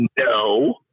No